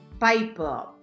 Piper